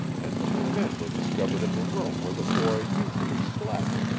and two men were discovered in the room where the boy usually slept.